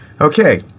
Okay